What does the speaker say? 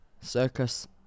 Circus